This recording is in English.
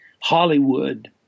Hollywood